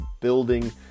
building